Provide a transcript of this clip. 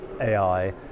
AI